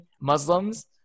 Muslims